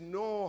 no